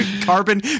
Carbon